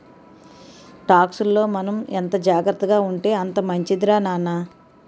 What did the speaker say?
టాక్సుల్లో మనం ఎంత జాగ్రత్తగా ఉంటే అంత మంచిదిరా నాన్న